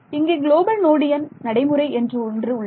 இங்கே global node எண் நடைமுறை என்று உள்ளது